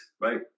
right